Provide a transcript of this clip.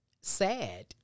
sad